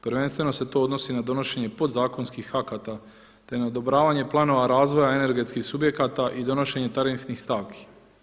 Prvenstveno se to odnosi na donošenje podzakonskih akata te na odobravanje planova razvoja energetskih subjekata i donošenje tarifnih stavki.